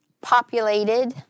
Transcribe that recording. populated